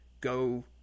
go